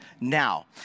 Now